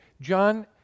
John